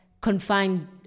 Confined